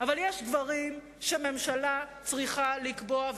אבל יש דברים שממשלה צריכה לקבוע,